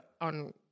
on